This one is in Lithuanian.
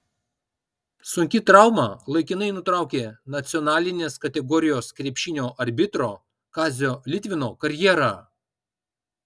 sunki trauma laikinai nutraukė nacionalinės kategorijos krepšinio arbitro kazio litvino karjerą